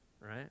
right